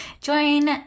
join